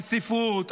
על ספרות,